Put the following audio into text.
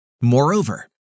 Moreover